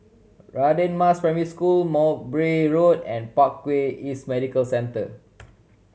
Radin Mas Primary School Mowbray Road and Parkway East Medical Centre